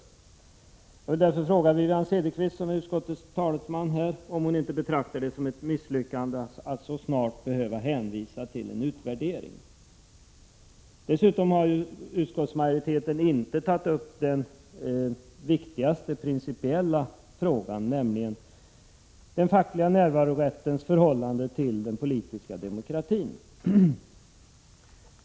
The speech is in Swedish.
Jag vill därför fråga Wivi-Anne Cederqvist, som är utskottets talesman, om hon inte betraktar det som ett misslyckande att så snart behöva hänvisa till en utvärdering. Dessutom har utskottsmajoriteten inte tagit upp den viktigaste principiella frågan, nämligen den fackliga närvarorättens förhållande till den politiska demokratin.